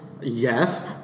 yes